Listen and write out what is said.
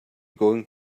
going